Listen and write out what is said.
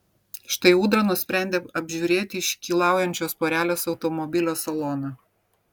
štai ūdra nusprendė apžiūrėti iškylaujančios porelės automobilio saloną